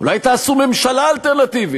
אולי תעשו ממשלה אלטרנטיבית?